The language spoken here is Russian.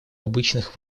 обычных